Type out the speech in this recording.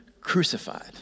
crucified